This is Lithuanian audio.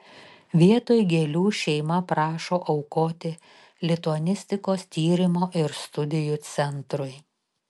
vietoj gėlių šeima prašo aukoti lituanistikos tyrimo ir studijų centrui